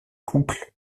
couple